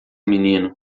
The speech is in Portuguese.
menino